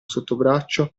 sottobraccio